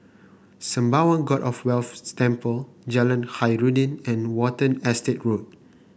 Sembawang God of Wealth Temple Jalan Khairuddin and Watten Estate Road